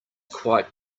quite